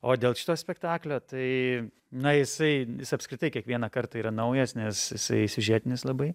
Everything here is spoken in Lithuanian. o dėl šito spektaklio tai na jisai apskritai kiekvieną kartą yra naujas nes jisai siužetinis labai